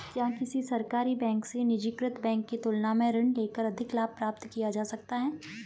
क्या किसी सरकारी बैंक से निजीकृत बैंक की तुलना में ऋण लेकर अधिक लाभ प्राप्त किया जा सकता है?